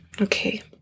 Okay